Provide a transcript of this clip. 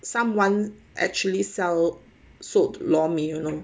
someone actually sell sold lor mee you know